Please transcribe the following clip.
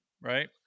right